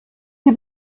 sie